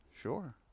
sure